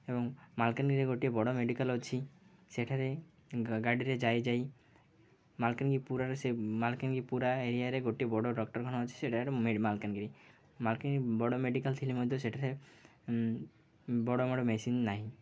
ଏବଂ ମାଲକାନଗିରିରେ ଗୋଟିଏ ବଡ଼ ମେଡ଼ିକାଲ୍ ଅଛି ସେଠାରେ ଗାଡ଼ିରେ ଯାଇ ଯାଇ ମାଲକାନଗିରି ପୁରାରେ ସେ ମାଲକାନଗିରି ପୁରା ଏରିଆରେ ଗୋଟଏ ବଡ଼ ଡ଼କ୍ଟରଖାନା ଅଛି ସେଠାରେ ମାଲକାନଗିରି ମାଲକାନାଗିରି ବଡ଼ ମେଡ଼ିକାଲ୍ ଥିଲେ ମଧ୍ୟ ସେଠାରେ ବଡ଼ ମଡ଼ ମେସିନ୍ ନାହିଁ